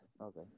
Okay